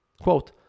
Quote